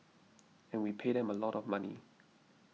and we pay them a lot of money